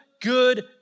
good